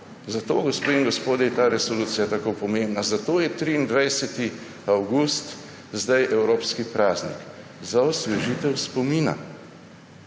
Zato, gospe in gospodje, je ta resolucija tako pomembna, zato je 23. avgust zdaj evropski praznik. Za osvežitev spomina,